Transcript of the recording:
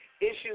Issues